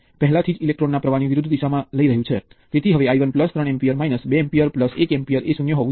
તેથી આપણે IV સંબંધ નક્કી કરવાની જરૂર છે અને આ બીજગણિત દ્વારા અથવા ગ્રાફિકલી રીતે હોઈ શકે છે તે ફક્ત સમાન વસ્તુના સમકક્ષ વર્ણનો છે